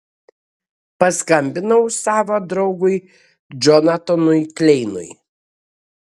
paskambinau savo draugui džonatanui kleinui